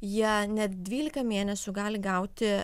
jie net dvylika mėnesių gali gauti